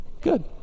good